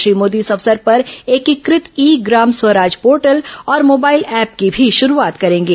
श्री मोदी इस अवसर पर एकीकत ई ग्राम स्वराज पोर्टल और मोबाइल ऐप की भी शुरूआत करेंगे